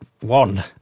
one